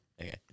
Okay